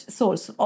source